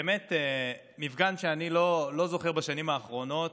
באמת, מפגן שאני לא זוכר בשנים האחרונות.